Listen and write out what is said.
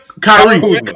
Kyrie